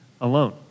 alone